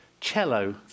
cello